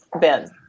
Ben